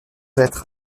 être